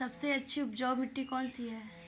सबसे अच्छी उपजाऊ मिट्टी कौन सी है?